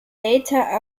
data